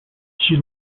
she